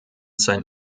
sein